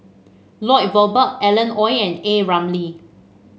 Lloyd Valberg Alan Oei and A Ramli